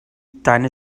deine